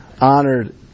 honored